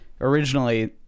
originally